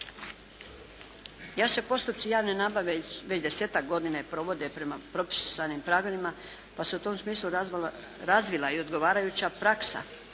Još se postupci javne nabave već desetak godina ne provode prema propisanim pravilima, pa se u tom smislu razvila i odgovarajuća praksa.